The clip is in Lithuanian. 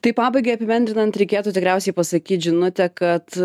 tai pabaigai apibendrinant reikėtų tikriausiai pasakyt žinutę kad